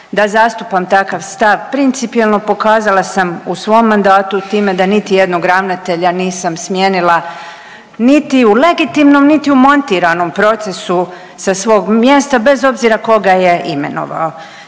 da zastupam takav stav, principijelno pokazala sam u svom mandatu time da niti jednog ravnatelja nisam smijenila niti u legitimnom, niti u montiranom procesu sa svog mjesta bez obzira ko ga je imenovao